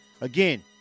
again